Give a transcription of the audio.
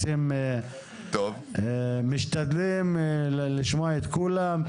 משתדלים לשמוע את כולם.